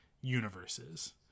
universes